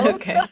Okay